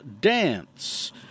dance